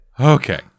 Okay